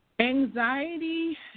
Anxiety